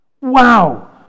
Wow